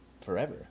forever